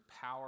power